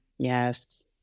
Yes